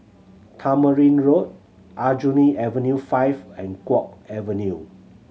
Tamarind Road Aljunied Avenue Five and Guok Avenue